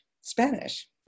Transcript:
Spanish